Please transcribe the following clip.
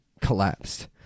collapsed